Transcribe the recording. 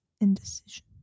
indecision